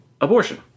abortion